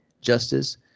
justice